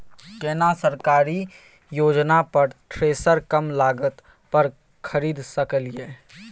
केना सरकारी योजना पर थ्रेसर कम लागत पर खरीद सकलिए?